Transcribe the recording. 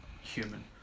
human